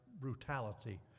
brutality